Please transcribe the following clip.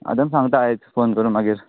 हांव तेंका सांगता आयज फोन करून मागीर